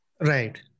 Right